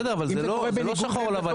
בסדר אבל זה לא שחור לבן,